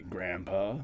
Grandpa